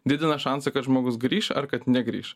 didina šansą kad žmogus grįš ar kad negrįš